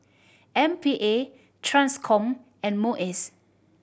M P A Transcom and MUIS